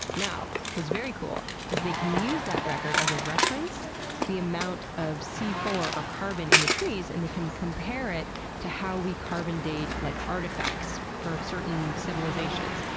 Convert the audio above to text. now, what's very cool is they can use that record as a reference to the amount of c four or carbon in the trees, and they can compare it to how we carbon date like artifacts for certain civilizations.